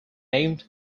named